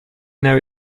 know